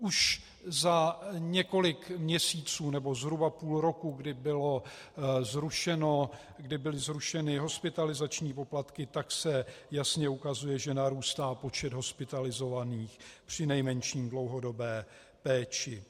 Už za několik měsíců, nebo zhruba půl roku, kdy byly zrušeny hospitalizační poplatky, se jasně ukazuje, že narůstá počet hospitalizovaných, přinejmenším v dlouhodobé péči.